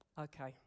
okay